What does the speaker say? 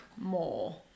more